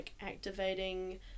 activating